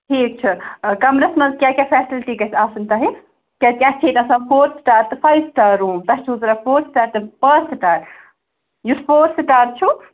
ٹھیٖک چھُ کَمرَس مَنٛز کیٛاہ کیٛاہ فیسَلٹی گَژھِ آسٕنۍ تۄہہِ کیٛازکہِ اَسہِ چھِ ییٚتہِ آسان فور سِٹار تہٕ فایِو سِٹار روٗم تۄہہِ چھُو ضروٗرت فور سِٹار کِنہٕ پانژھ سِٹار یُس فور سِٹار چھُو